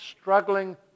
struggling